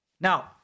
Now